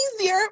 easier